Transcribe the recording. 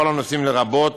בכל הנושאים, לרבות